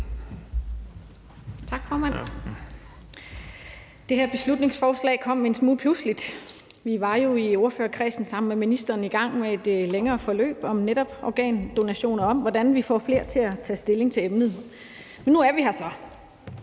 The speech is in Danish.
Tak, formand. Det her beslutningsforslag kom en smule pludseligt. Vi var jo i ordførerkredsen sammen med ministeren i gang med et længere forløb om netop organdonation og om, hvordan vi får flere til at tage stilling til emnet. Men nu er vi her så.